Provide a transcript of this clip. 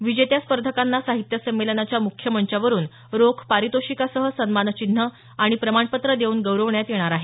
विजेत्या स्पर्धकांना साहित्य संमेलनाच्या मुख्य मंचावरून रोख पारितोषिकासह सन्मानचिन्ह प्रमाणपत्र देऊन गौरवण्यात येणार आहे